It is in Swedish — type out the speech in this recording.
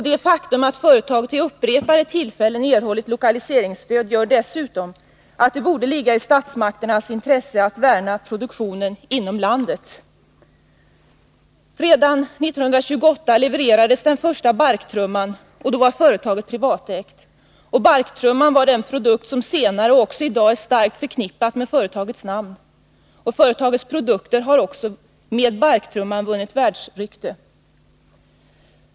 Det faktum att företaget vid upprepade tillfällen erhållit lokaliseringsstöd gör dessutom att det borde ligga i statsmakternas intresse att värna produktionen inom landet. Redan 1928 levererades den första barktrumman. På den tiden var företaget privatägt. Barktrumman blev senare den produkt som starkt förknippades med företagets namn, och så är fallet också i dag. Vidare har företagets produkter tack vare barktrumman vunnit världsrykte.